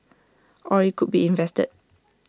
or IT could be invested